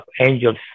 angels